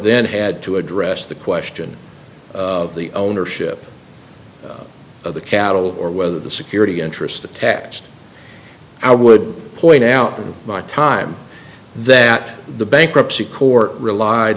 then had to address the question of the ownership of the cattle or whether the security interest attached i would point out to my time that the bankruptcy court relied